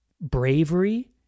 bravery